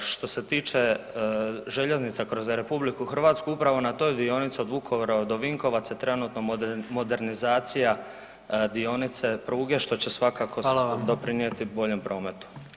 Što se tiče željeznica kroz Republiku Hrvatsku upravo na toj dionici od Vukovara do Vinkovaca trenutno modernizacije dionice pruge što će svakako doprinijeti boljem prometu.